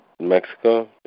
Mexico